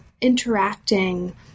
interacting